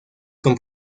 con